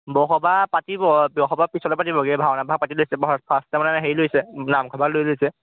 বৰসভা পাতিব বৰসভা পিছলৈ পাতিব গৈ ভাওনা ভাগ পাতি লৈছে ফাৰ্ষ্টেমানে হেৰি লৈছে নাম খবা লৈ লৈছে